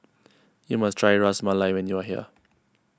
you must try Ras Malai when you are here